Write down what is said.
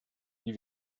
die